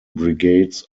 brigades